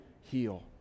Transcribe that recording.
heal